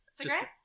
Cigarettes